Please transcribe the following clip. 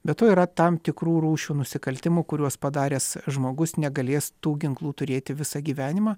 be to yra tam tikrų rūšių nusikaltimų kuriuos padaręs žmogus negalės tų ginklų turėti visą gyvenimą